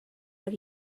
are